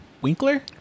Winkler